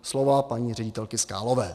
Slova paní ředitelky Skálové.